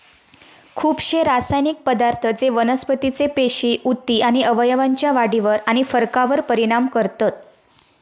खुपशे रासायनिक पदार्थ जे वनस्पतीचे पेशी, उती आणि अवयवांच्या वाढीवर आणि फरकावर परिणाम करतत